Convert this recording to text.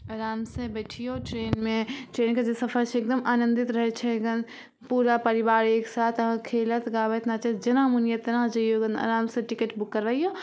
आराम से बैठियौ ट्रेनमे ट्रेनके जे सफर छै एकदम आनंदित रहै छै एकदम पूरा परिबार एक साथ खेलत गाबैत नाचैत जेना मोन होइया तेना जइयौ आराम से टिकट बुक करबैइयौ